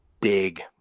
big